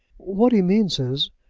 what he means is,